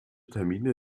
termine